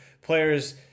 players